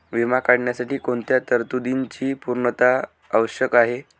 विमा काढण्यासाठी कोणत्या तरतूदींची पूर्णता आवश्यक आहे?